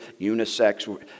unisex